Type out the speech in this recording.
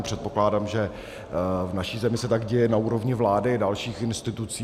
Předpokládám, že v naší zemi se tak děje na úrovni vlády a dalších institucí.